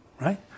right